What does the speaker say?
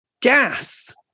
gas